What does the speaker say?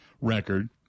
record